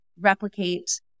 replicate